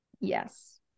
Yes